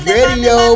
Radio